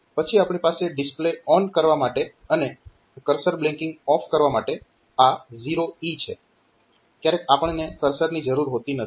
પછી આપણી પાસે ડિસ્પ્લે ઓન કરવા માટે અને કર્સર બ્લિન્કીંગ ઓફ કરવા માટે આ 0E છે ક્યારેક આપણને કર્સરની જરૂર હોતી નથી